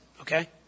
okay